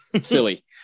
Silly